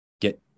get